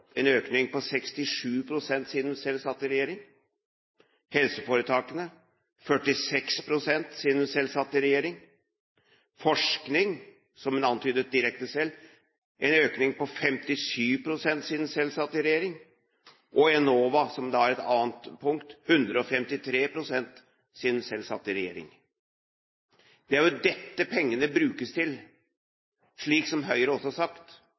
En økning på 67 pst. siden hun selv satt i regjering, helseforetakene: en økning på 46 pst. siden hun satt i regjering, forskning – som hun antydet selv – en økning på 57 pst. siden hun satt i regjering, og Enova – et annet punkt – 153 pst. siden hun satt i regjering. Det er jo dette pengene brukes til, slik